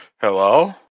Hello